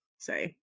Say